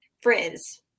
frizz